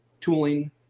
tooling